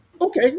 Okay